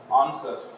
answers